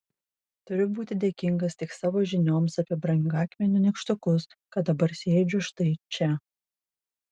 turiu būti dėkingas tik savo žinioms apie brangakmenių nykštukus kad dabar sėdžiu štai čia